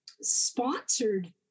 sponsored